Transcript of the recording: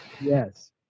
Yes